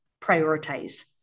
prioritize